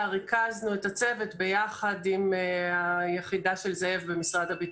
ריכזנו את הצוות ביחד עם היחידה של זאב במשרד הביטחון.